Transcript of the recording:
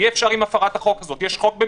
תודה רבה.